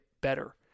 better